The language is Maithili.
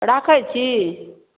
राखै छी